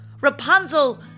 Rapunzel